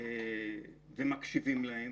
ומקשיבים להן,